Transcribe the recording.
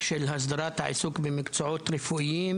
של הסדרת העיסוק במקצועות רפואיים